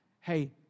Hey